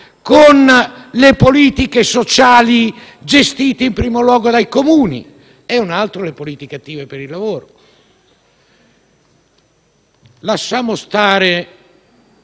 con le politiche sociali gestite in primo luogo dai Comuni, e dall'altra le politiche attive per il lavoro.